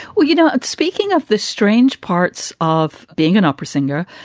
well, you know, speaking of the strange parts of being an opera singer,